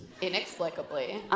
Inexplicably